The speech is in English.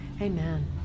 Amen